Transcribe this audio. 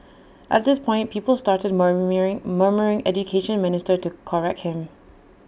at this point people started murmuring Education Minister to correct him